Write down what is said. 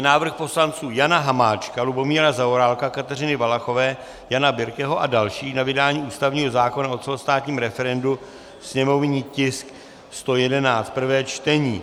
Návrh poslanců Jana Hamáčka, Lubomíra Zaorálka, Kateřiny Valachové, Jana Birke a dalších na vydání ústavního zákona o celostátním referendu /sněmovní tisk 111/ prvé čtení